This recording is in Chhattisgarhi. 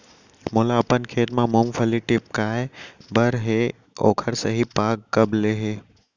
मोला अपन खेत म मूंगफली टिपकाय बर हे ओखर सही पाग कब ले हे?